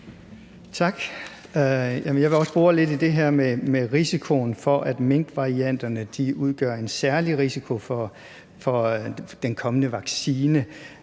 Tak. Jeg vil også bore lidt i det her med risikoen for, at covid-19-varianterne hos mink udgør en særlig risiko i forbindelse med den kommende vaccine.